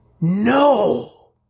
No